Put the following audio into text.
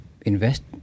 invest